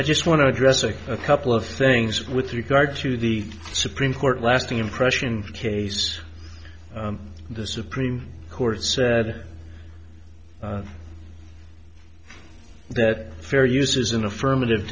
i just want to address a couple of things with regard to the supreme court lasting impression case the supreme court said that fair use is an affirmative